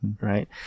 right